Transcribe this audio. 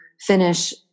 finish